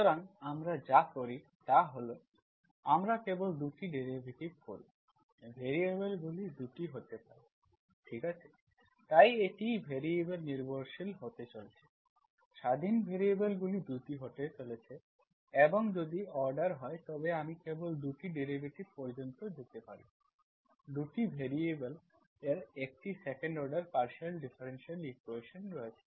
সুতরাং আমরা যা করি তা হল আমরা কেবল 2টি ডেরিভেটিভ করি ভ্যারিয়েবলগুলি 2টি হতে পারে ঠিক আছে তাই এটি ভ্যারিয়েবল নির্ভরশীল হতে চলেছে স্বাধীন ভ্যারিয়েবলগুলি 2টি হতে চলেছে এবং যদি অর্ডার হয় তবে আমি কেবল 2টি ডেরিভেটিভ পর্যন্ত যেতে পারি 2টি ভ্যারিয়েবল এর একটি second order partial differential equation রয়েছে